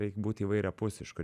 reik būti įvairiapusišku